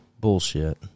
Bullshit